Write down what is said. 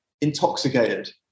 intoxicated